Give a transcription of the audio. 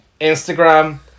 Instagram